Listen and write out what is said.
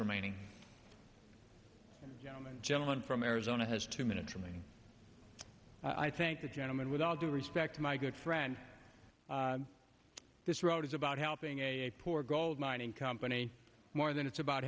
remaining gentleman from arizona has two minutes from me i thank the gentleman with all due respect my good friend this road is about helping a poor gold mining company more than it's about